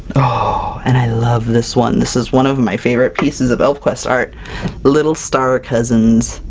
oh and i love this one! this is one of my favorite pieces of elfquest art little star cousins,